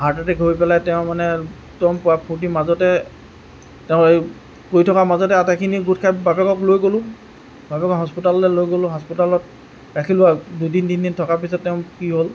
heart attack হৈ পেলাই তেওঁ মানে একদম পোৰা ফুৰ্ত্তিৰ মাজতে তেওঁ এই পৰি থকা মাজতে আগাইখিনি গোট খাই বাপেকক লৈ গ'লোঁ বাপেকক হস্পাতাললৈ লৈ গ'লোঁ হাস্পাতালত ৰাখিলোঁ দুদিন তিনিদিন থকাৰ পিছত তেওঁ কি হ'ল